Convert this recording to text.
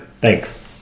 Thanks